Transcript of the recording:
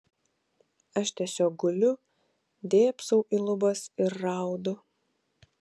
aš tiesiog guliu dėbsau į lubas ir raudu